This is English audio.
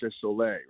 Soleil